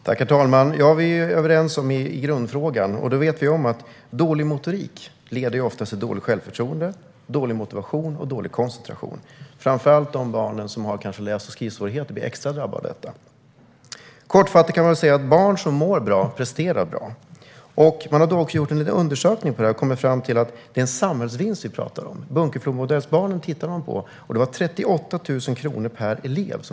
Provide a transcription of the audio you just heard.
Herr talman! Vi är överens i grundfrågan. Vi vet om att dålig motorik oftast leder till dåligt självförtroende, dålig motivation och dålig koncentration. Framför allt blir kanske de barn som har läs och skrivsvårigheter extra drabbade av detta. Kortfattat kan man säga att barn som mår bra presterar bra. Man har gjort en liten undersökning och kommit fram till att det är en samhällsvinst vi pratar om. Vad gäller Bunkeflomodellsbarnen blev resultatet 38 000 kronor per elev.